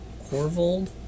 Corvold